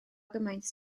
gymaint